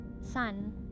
Sun